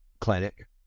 clinic